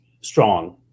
strong